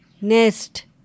Nest